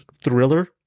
thriller